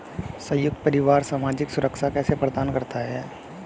संयुक्त परिवार सामाजिक सुरक्षा कैसे प्रदान करते हैं?